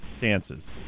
dances